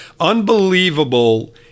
unbelievable